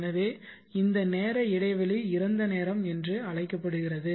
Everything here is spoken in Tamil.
எனவே இந்த நேர இடைவெளி இறந்த நேரம் என்று அழைக்கப்படுகிறது